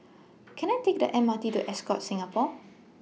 Can I Take The M R T to Ascott Singapore